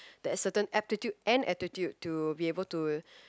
that certain aptitude and attitude to be able to